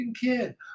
kid